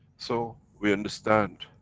so, we understand,